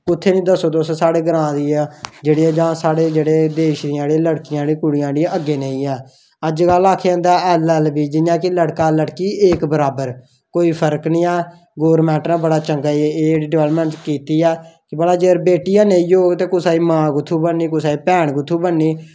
कुत्थें बी दस्सो साढ़ी ग्रांऽ दी ऐ जेह्ड़ी देश दियां लड़कियां न ओह् अग्गें निं ऐ जियां अज्जकल आक्खेआ जंदा ऐ एलएलईबी कि 'लड़का लड़की इक बराबर कोई फर्क निं ऐ गौरमैंट नै चंगा जेह्ड़ा एह् डेवेल्पमेंट कीती ऐ कि बड़ा चिर बेटी गै निं होग ते कुसै दी मां कुत्थां बननी भैन कुत्थूं बननी